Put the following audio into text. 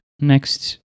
next